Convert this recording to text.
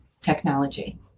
technology